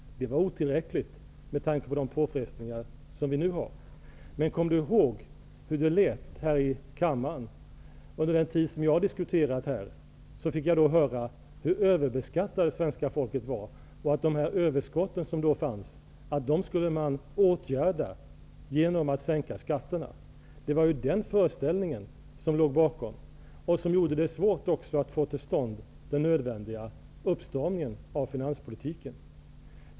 Det var otillräckligt med tanke på de påfrestningar som vi nu har. Men kommer Per-Ola Eriksson ihåg hur det lät här i kammaren? Under den tid som jag har diskuterat här fick jag höra hur överbeskattat det svenska folket var. De överskott som då fanns skulle man åtgärda genom att sänka skatterna. Det var den föreställningen som låg bakom och som gjorde det svårt att få till stånd den nödvändiga uppstramningen av finanspolitiken.